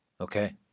Okay